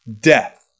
death